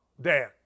Dan